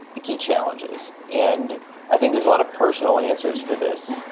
ah key challenges. and i think there's a lot of personal answers for this.